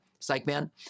Psychman